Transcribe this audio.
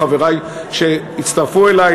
לחברי שהצטרפו אלי,